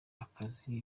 akazi